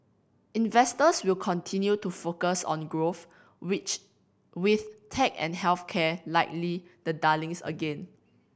investors will continue to focus on growth which with tech and health care likely the darlings again